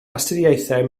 astudiaethau